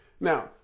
Now